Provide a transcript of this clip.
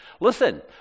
Listen